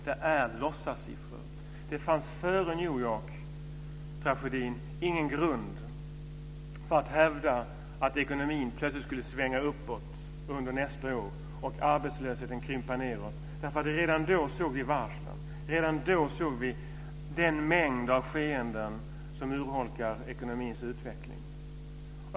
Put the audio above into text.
Det är låtsassiffror. Det fanns före New York-tragedin ingen grund för att hävda att ekonomin plötsligt skulle svänga uppåt under nästa år och arbetslösheten krympa. Redan då såg vi varslen. Redan då såg vi den mängd av skeenden som urholkar ekonomins utveckling.